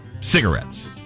cigarettes